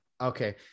okay